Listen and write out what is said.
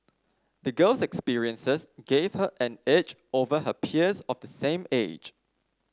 the girl's experiences gave her an edge over her peers of the same age